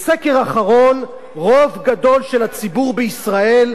רוב גדול של הציבור בישראל הצהיר על תמיכה